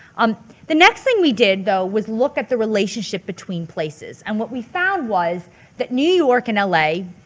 um the next thing we did though was look at the relationship between places. and what we found was that new york and l a.